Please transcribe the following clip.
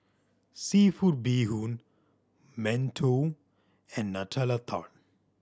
seafood bee hoon mantou and Nutella Tart